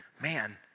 man